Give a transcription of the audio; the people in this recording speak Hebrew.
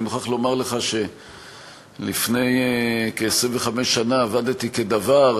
אני מוכרח לומר לך שלפני כ-25 שנה עבדתי כדוור,